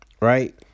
right